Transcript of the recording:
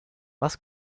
was